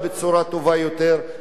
כך שבאמת יהיה שוויון